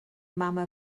mama